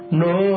no